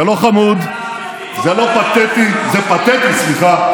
זה לא חמוד, זה לא פתטי זה פתטי, סליחה.